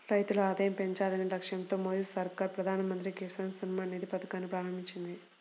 రైతుల ఆదాయం పెంచాలనే లక్ష్యంతో మోదీ సర్కార్ ప్రధాన మంత్రి కిసాన్ సమ్మాన్ నిధి పథకాన్ని ప్రారంభించింది